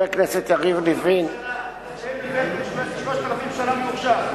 מה שלפני 3,000 שנה ממוחשב,